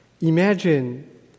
Imagine